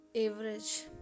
average